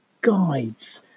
guides